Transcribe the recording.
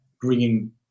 bringing